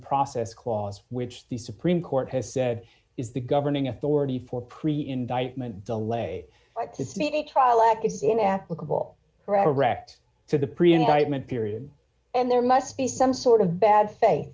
process clause which the supreme court has said is the governing authority for pre indictment de lay like to see the trial act it's in applicable correct to the pre enlightenment period and there must be some sort of bad fa